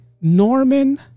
Norman